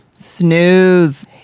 snooze